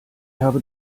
habe